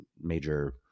major